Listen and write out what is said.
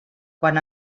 quan